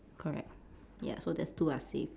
correct ya so these two are safe